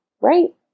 right